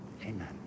Amen